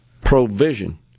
provision